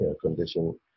condition